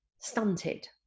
stunted